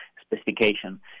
specification